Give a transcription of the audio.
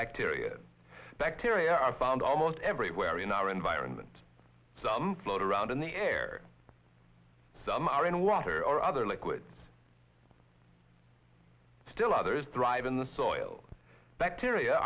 bacteria bacteria are found almost everywhere in our environment some float around in the air some are in water or other liquids still others thrive in the soil bacteria